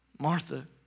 Martha